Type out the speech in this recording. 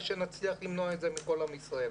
שנצליח למנוע את זה מכל עם ישראל.